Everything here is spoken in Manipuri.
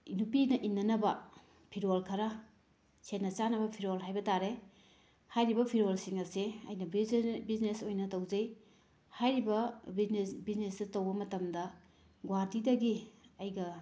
ꯅꯨꯄꯤꯅ ꯏꯟꯅꯅꯕ ꯐꯤꯔꯣꯜ ꯈꯔ ꯁꯦꯠꯅ ꯆꯥꯅꯕ ꯐꯤꯔꯣꯜ ꯍꯥꯏꯕ ꯇꯥꯔꯦ ꯍꯥꯏꯔꯤꯕ ꯐꯤꯔꯣꯜꯁꯤꯡ ꯑꯁꯦ ꯑꯩꯅ ꯕꯤꯖꯤꯅꯦꯁ ꯑꯣꯏꯅ ꯇꯧꯖꯩ ꯍꯥꯏꯔꯤꯕ ꯕꯤꯖꯤꯅꯦꯁꯁꯤ ꯇꯧꯕ ꯃꯇꯝꯗ ꯒꯨꯍꯥꯇꯤꯗꯒꯤ ꯑꯩꯒ